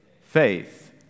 faith